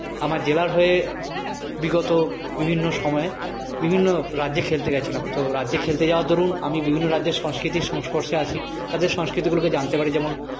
আমার জেলার হয়ে বিগত বিভিন্ন সময়ে বিভিন্ন রাজ্যে খেলতে গেছিলাম তো রাজ্যে খেলতে যাওয়ার দরুন আমি বিভিন্ন রাজ্যের সংস্কৃতির সংস্পর্শে আসি তাদের সংস্কৃতিগুলোকে জানতে পারি যেমন